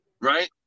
Right